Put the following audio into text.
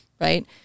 Right